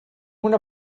una